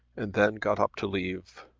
and then got up to leave